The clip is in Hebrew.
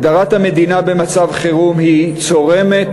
הגדרת המדינה במצב חירום היא צורמת